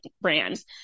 brands